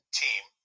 team